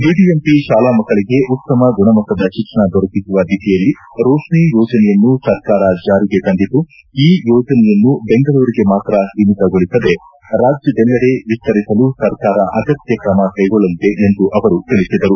BBMP ಶಾಲಾ ಮಕ್ಕಳಿಗೆ ಉತ್ತಮ ಗುಣಮಟ್ಟದ ಶಿಕ್ಷಣ ದೊರಕಿಸುವ ದಿಸೆಯಲ್ಲಿ ರೋಶ್ನಿ ಯೋಜನೆಯನ್ನು ಸರ್ಕಾರ ಜಾರಿಗೆ ತಂದಿದ್ದು ಈ ಯೋಜನೆಯನ್ನು ಬೆಂಗಳೂರಿಗೆ ಮಾತ್ರ ಸೀಮಿತಗೊಳಸದೆ ರಾಜ್ಯದೆಲ್ಲೆಡೆ ವಿಸ್ತರಿಸಲು ಸರ್ಕಾರ ಅಗತ್ಯ ಕ್ರಮ ಕೈಗೊಳ್ಳಲಿದೆ ಎಂದು ಅವರು ತಿಳಿಸಿದರು